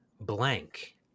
Blank